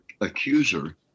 accuser